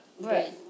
Right